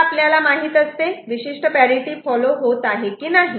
आता आपल्याला माहित असते विशिष्ट पॅरिटि फॉलो होत आहे की नाही